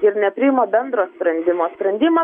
ir nepriima bendro sprendimo sprendimą